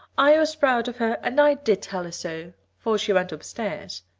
i was proud of her and i did tell her so fore she went upstairs,